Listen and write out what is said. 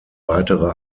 weitere